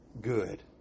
good